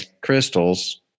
crystals